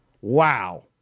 Wow